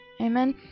Amen